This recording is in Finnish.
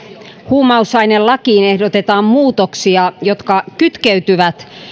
huumausainelakiin ehdotetaan muutoksia jotka kytkeytyvät